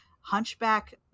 hunchback